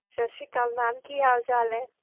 ਸਤਿ ਸ਼੍ਰੀ ਕਾਲ ਮੈਮ ਕੀ ਹਾਲ ਚਾਲ ਹੈ